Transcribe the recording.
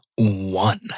One